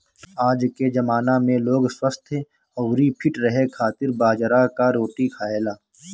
आजके जमाना में लोग स्वस्थ्य अउरी फिट रहे खातिर बाजरा कअ रोटी खाएला